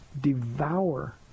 devour